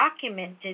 documented